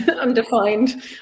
Undefined